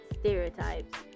stereotypes